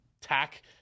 tack